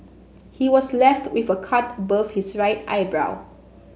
he was left with a cut above his right eyebrow